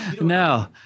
no